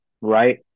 right